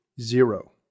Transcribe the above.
Zero